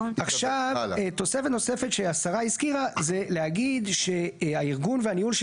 עכשיו תוספת נוספת שהשרה הזכירה זה להגיד שהארגון והניהול של